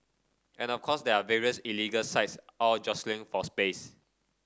and of course there are various illegal sites all jostling for space